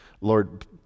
Lord